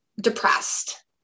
Depressed